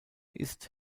ist